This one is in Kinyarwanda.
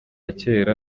kera